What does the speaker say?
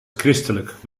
christelijk